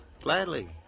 Gladly